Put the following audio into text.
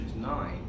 nine